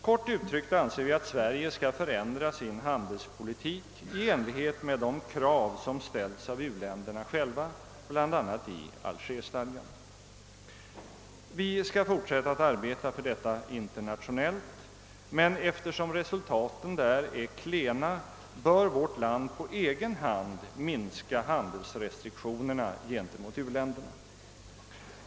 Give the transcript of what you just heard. Kort uttryckt anser vi att Sverige skall förändra sin handelspolitik i enlighet med de krav som ställs av u-länderna själva, bl.a. i Algerstadgan. Vi skall fortsätta att arbeta för detta internationellt, men eftersom resultaten där är klena bör vårt land på egen hand minska handelsrestriktionerna gentemot u-länderna.